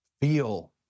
feel